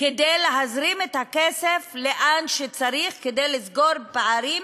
כדי להזרים את הכסף לאן שצריך, כדי לסגור פערים